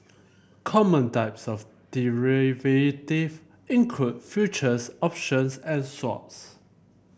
common types of derivative include futures options and swaps